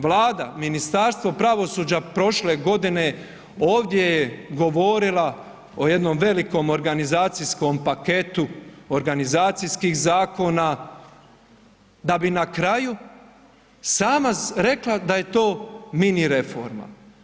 Vlada, Ministarstvo pravosuđa prošle godine ovdje je govorila o jednom velikom organizacijskom paketu organizacijskih zakona da bi na kraju sama rekla da je to mini reforma.